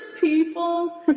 people